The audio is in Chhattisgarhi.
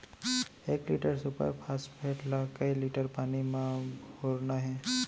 एक लीटर सुपर फास्फेट ला कए लीटर पानी मा घोरना हे?